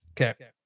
okay